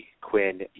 Quinn